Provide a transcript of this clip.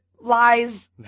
lies